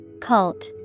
Cult